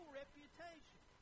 reputation